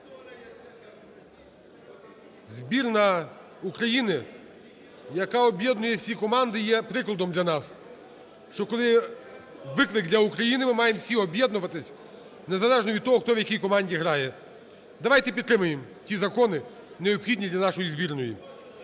Збірна Україна, яка об'єднує всі команди є прикладом для нас, що, коли виклик для України, ми маємо всі об'єднуватись незалежно від того, хто в якій команді грає. Давайте підтримаємо ті закони необхідні для нашої збірної.